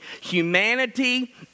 humanity